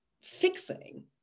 fixing